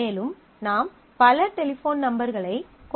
மேலும் நாம் பல டெலிபோன் நம்பர்களைக் கொண்டிருக்கலாம்